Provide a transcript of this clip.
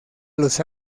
los